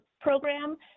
program